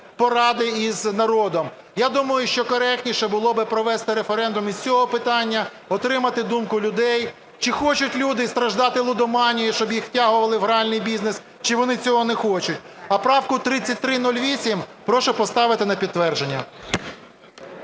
поради із народом. Я думаю, що коректніше було би провести референдум і з цього питання, отримати думку людей, чи хочуть люди страждати лудоманією, щоб їх втягували в гральний бізнес, чи вони цього не хочуть. А правку 3308 прошу поставити на підтвердження.